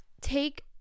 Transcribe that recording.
take